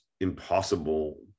impossible